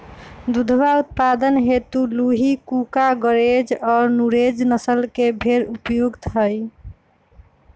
दुधवा उत्पादन हेतु लूही, कूका, गरेज और नुरेज नस्ल के भेंड़ उपयुक्त हई